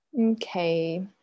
okay